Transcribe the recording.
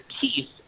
teeth